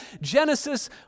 Genesis